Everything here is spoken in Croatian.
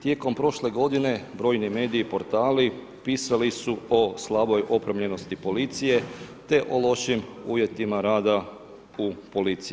Tijekom prošle godine, brojni mediji, portali pisali su o slaboj opremljenosti policije te o lošim uvjetima rada u policiji.